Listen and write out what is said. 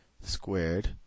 squared